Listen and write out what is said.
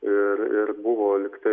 ir ir buvo lygtai